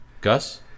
Gus